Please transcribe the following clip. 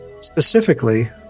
Specifically